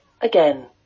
Again